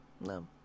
no